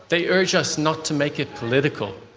they urge us not to make it political.